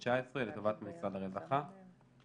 ב-2019 לטובת משרד הרווחה.